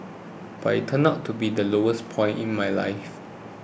but it turned out to be the lowest point in my life